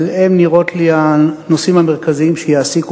אבל הן נראות לי הנושאים המרכזיים שיעסיקו